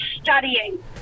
Studying